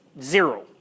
Zero